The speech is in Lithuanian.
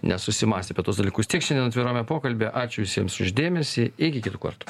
nesusimąstė apie tuos dalykus tiek šiandien atvirame pokalbyje ačiū visiems už dėmesį iki kitų kartų